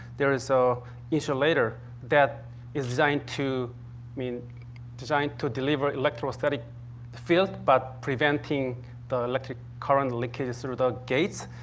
there is an so insulator that is designed to i mean designed to deliver electrostatic field, but preventing the electric current leaking through the gate.